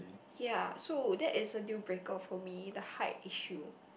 ya so that is the deal breaker for me the height issue